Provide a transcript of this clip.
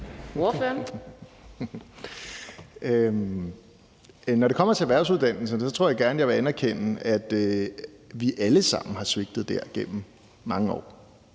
Når det kommer til erhvervsuddannelserne, tror jeg gerne jeg vil anerkende, at vi alle sammen har svigtet dér gennem mange år.